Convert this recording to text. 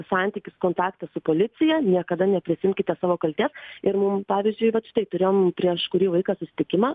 santykis kontaktas su policija niekada neprisiimkite savo kaltės ir mum pavyzdžiui vat štai turėjom prieš kurį laiką susitikimą